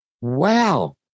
Wow